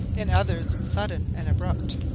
in others sudden and abrupt.